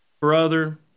brother